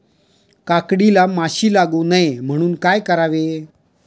काकडीला माशी लागू नये म्हणून काय करावे?